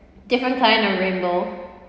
different kind of rainbow